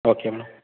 okay madam